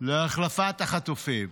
להחלפת החטופים.